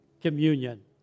communion